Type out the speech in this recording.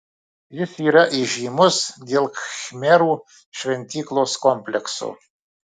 jis yra įžymus dėl khmerų šventyklos komplekso